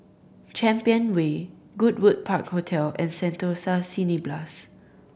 Champion Way Goodwood Park Hotel and Sentosa Cineblast